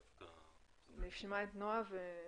נשמע את נועה.